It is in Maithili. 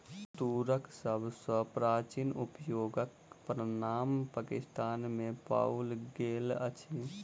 तूरक सभ सॅ प्राचीन उपयोगक प्रमाण पाकिस्तान में पाओल गेल अछि